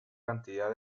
cantidad